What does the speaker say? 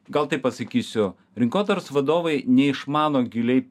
gal taip pasakysiu rinkodaros vadovai neišmano giliai